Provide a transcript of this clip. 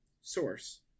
Source